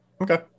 Okay